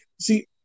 see